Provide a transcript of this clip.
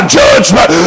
judgment